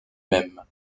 même